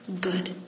good